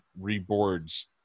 reboards